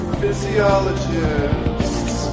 physiologists